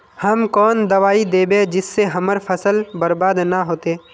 हम कौन दबाइ दैबे जिससे हमर फसल बर्बाद न होते?